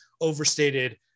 overstated